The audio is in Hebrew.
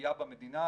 פגיעה במדינה,